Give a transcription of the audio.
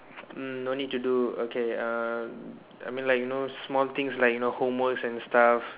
um no need to do okay uh I mean like you know small things like you know like homework and stuff